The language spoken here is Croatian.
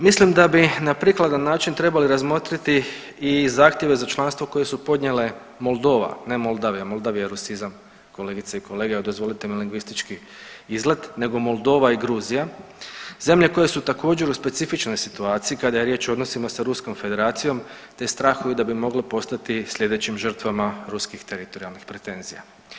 Mislim da bi na prikladan način trebali razmotriti i zahtjeve za članstvo koje su podnijele Moldova, ne Moldavija, Moldavija je rusizam kolegice i kolege, dozvolite mi lingvistički izlet nego Moldova i Gruzija zemlje koje su također u specifičnoj situaciji kada je riječ o odnosima sa Ruskom Federacijom te strahuju da bi mogle postati sljedećim žrtvama ruskih teritorijalnih pretenzija.